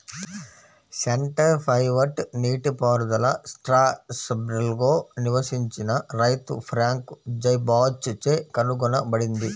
centre pivot నీటిపారుదల స్ట్రాస్బర్గ్లో నివసించిన రైతు ఫ్రాంక్ జైబాచ్ చే కనుగొనబడింది